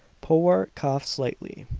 powart coughed slightly.